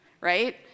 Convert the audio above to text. right